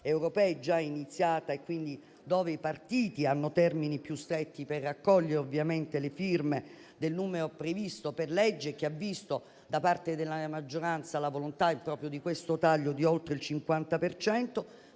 europee è già iniziata e i partiti hanno termini più stretti per raccogliere le firme nel numero previsto per legge. Ciò ha visto da parte della maggioranza la volontà di questo taglio di oltre il 50